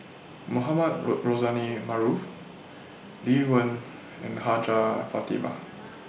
Mohamed Rozani Maarof Lee Wen and Hajjah Fatimah